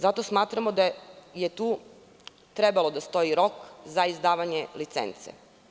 Zato smatramo da je tu trebalo da stoji rok za izdavanje licence.